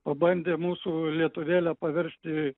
pabandė mūsų lietuvėlę paversti